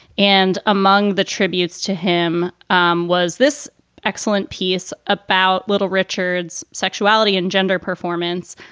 and among the tributes to him um was this excellent piece about little richard's sexuality and gender performance.